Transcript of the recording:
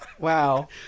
Wow